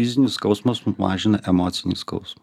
fizinis skausmus numažina emocinį skausmą